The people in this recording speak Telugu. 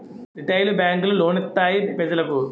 రిటైలు బేంకులు లోను లిత్తాయి పెజలకు